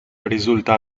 risulta